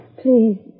Please